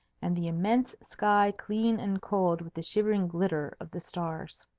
and the immense sky clean and cold with the shivering glitter of the stars.